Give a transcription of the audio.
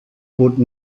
would